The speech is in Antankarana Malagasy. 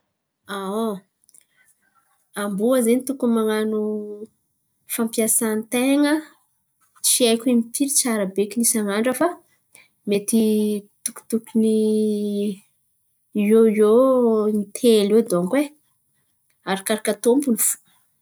Amboa zen̈y tokony man̈ano fampiasan-ten̈a tsy haiko impiry tsara bekiny isan'andra fa mety toko tokony ny iô iô in-telo iô donko e! Arakaraka tômpiny fo.